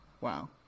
Wow